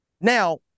Now